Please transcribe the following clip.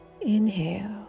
Inhale